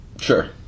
Sure